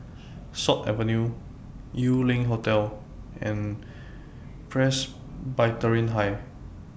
Sut Avenue Yew Lian Hotel and Presbyterian High